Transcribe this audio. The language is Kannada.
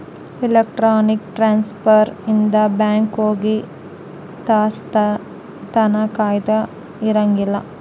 ಎಲೆಕ್ಟ್ರಾನಿಕ್ ಟ್ರಾನ್ಸ್ಫರ್ ಇಂದ ಬ್ಯಾಂಕ್ ಹೋಗಿ ತಾಸ್ ತನ ಕಾಯದ ಇರಂಗಿಲ್ಲ